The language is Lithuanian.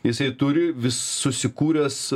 jisai turi susikūręs